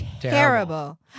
Terrible